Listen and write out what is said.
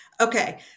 okay